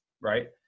Right